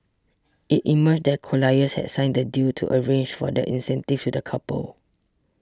it emerged that Colliers had signed the deal to arrange for the incentive to the couple